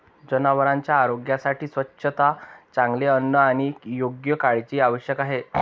जनावरांच्या आरोग्यासाठी स्वच्छता, चांगले अन्न आणि योग्य काळजी आवश्यक आहे